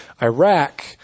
Iraq